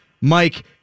Mike